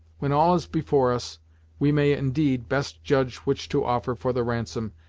when all is before us we may, indeed, best judge which to offer for the ransom,